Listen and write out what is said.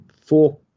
four